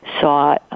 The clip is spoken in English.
saw